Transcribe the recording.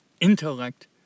intellect